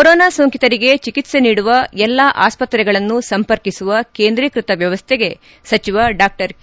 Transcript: corona ಸೋಂಕಿತರಿಗೆ ಚಿಕಿತ್ಸೆ ನೀಡುವ ಎಲ್ಲಾ ಆಸ್ತ್ರತೆಗಳನ್ನು ಸಂಪರ್ಕಿಸುವ ಕೇಂದ್ರೀಕೃತ ವ್ಯವಶ್ಯೆಗೆ ಸಚವ ಡಾ ಕೆ